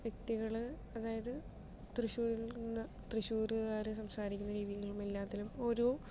വ്യക്തികൾ അതായത് തൃശൂരിൽനിന്ന് തൃശ്ശൂരുകാർ സംസാരിക്കുന്ന രീതികളിലും എല്ലാത്തിലും ഓരോ